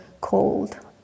cold